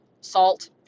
salt